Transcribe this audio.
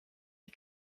die